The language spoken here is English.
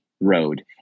road